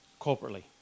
corporately